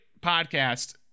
podcast